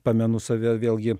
pamenu save vėlgi